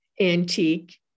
antique